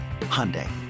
hyundai